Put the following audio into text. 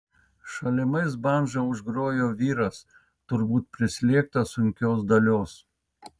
šalimais bandža užgrojo vyras turbūt prislėgtas sunkios dalios